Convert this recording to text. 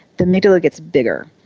the amygdala gets bigger.